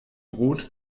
brot